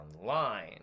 online